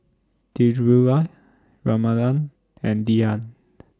Dhirubhai Ramanand and Dhyan